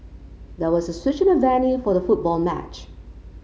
there was a switch in the venue for the football match